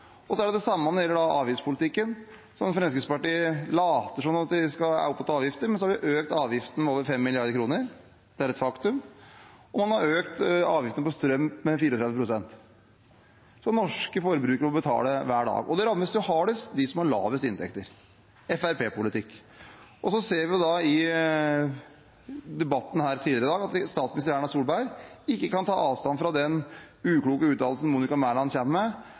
men så har de økt avgiftene med over 5 mrd. kr – det er et faktum – og man har økt avgiftene på strøm med 34 pst., noe norske forbrukere må betale hver dag. Det rammer dem som har lavest inntekter, hardest – Fremskrittspartiets politikk. Vi har sett i debatten tidligere i dag at statsminister Erna Solberg ikke kan ta avstand fra den ukloke uttalelsen Monica Mæland kom med,